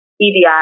EDI